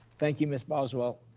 thank you, ms. boswell.